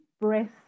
breath